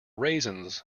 raisins